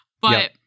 but-